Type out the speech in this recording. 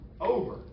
over